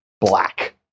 black